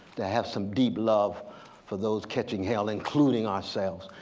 to have some deep love for those catching hell including ourselves,